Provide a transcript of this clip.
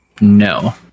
No